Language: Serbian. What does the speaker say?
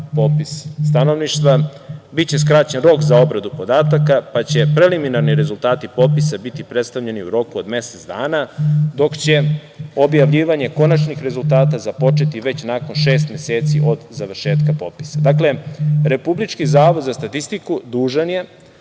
popis stanovništva. Biće skraćen rok za obradu podataka, pa će preliminarni rezultati popisa biti predstavljeni u roku od mesec dana, dok će objavljivanje konačnih rezultata započeti već nakon šest meseci od završetka popisa. Dakle, Republički zavod za statistiku dužan je